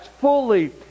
fully